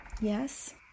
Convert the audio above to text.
Yes